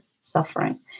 suffering